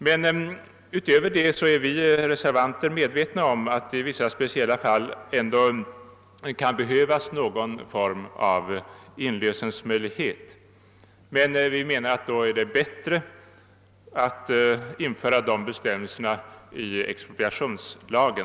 Härutöver är vi reservanter medvetna om att det i vissa speciella fall ändå kan behövas någon form av inlösensmöjlighet. Men vi menar att det är bättre att införa bestämmelser därom i expropriationslagen.